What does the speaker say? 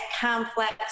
complex